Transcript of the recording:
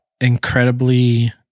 incredibly